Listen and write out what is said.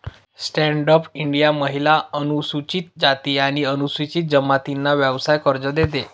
stand up India महिला, अनुसूचित जाती आणि अनुसूचित जमातींना व्यवसाय कर्ज देते